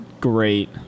great